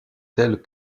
tels